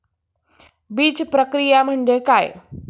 बीजप्रक्रिया म्हणजे काय?